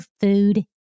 food